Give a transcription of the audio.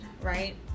right